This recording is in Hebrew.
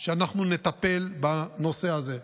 שאנחנו נטפל בנושא הזה.